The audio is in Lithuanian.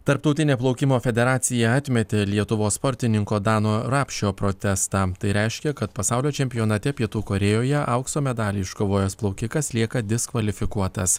tarptautinė plaukimo federacija atmetė lietuvos sportininko dano rapšio protestą tai reiškia pasaulio čempionate pietų korėjoje aukso medalį iškovojęs plaukikas lieka diskvalifikuotas